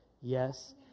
Yes